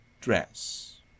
dress